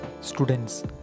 students